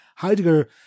Heidegger